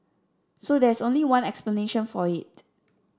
so there's only one explanation for it